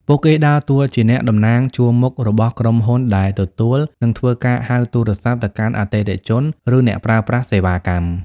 ពួកគេដើរតួជាអ្នកតំណាងជួរមុខរបស់ក្រុមហ៊ុនដែលទទួល និងធ្វើការហៅទូរស័ព្ទទៅកាន់អតិថិជន ឬអ្នកប្រើប្រាស់សេវាកម្ម។